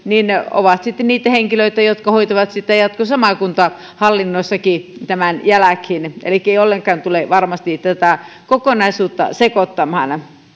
ovat sitten niitä henkilöitä jotka hoitavat niitä jatkossa maakuntahallinnossakin tämän jälkeen elikkä se ei ollenkaan tule varmastikaan tätä kokonaisuutta sekoittamaan